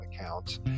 accounts